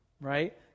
right